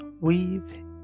weave